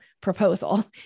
proposal